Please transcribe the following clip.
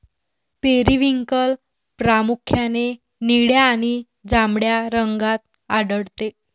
periwinkle प्रामुख्याने निळ्या आणि जांभळ्या रंगात आढळते